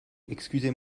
excusez